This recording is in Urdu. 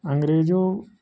انگریجوں